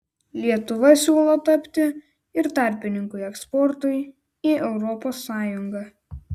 lietuva siūlo tapti ir tarpininku eksportui į europos sąjungą